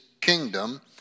kingdom